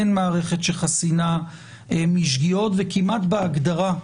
אין מערכת שחסינה משגיאות, וכמעט בהגדרה,